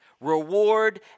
reward